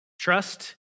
Trust